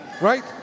right